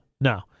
No